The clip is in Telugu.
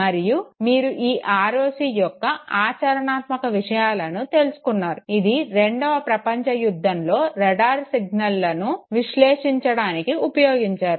మరియు మీరు ఈ ROC యొక్క ఆచరణాత్మక విషయాలను తెలుసుకున్నారు ఇది రెండవ ప్రపంచ యుద్ధంలో రాడార్ సిగ్నలను విశ్లేషించడానికి ఉపయోగించారు